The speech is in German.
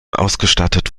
ausgestattet